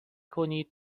کنید